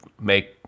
make